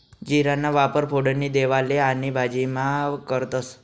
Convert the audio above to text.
जीराना वापर फोडणी देवाले आणि भाजीमा करतंस